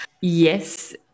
Yes